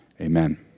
amen